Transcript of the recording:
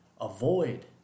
avoid